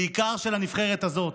בעיקר של הנבחרת הזו: